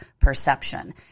perception